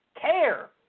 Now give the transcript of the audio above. care